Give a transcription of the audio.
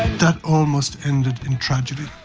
that almost ended in tragedy.